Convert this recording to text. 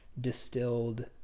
distilled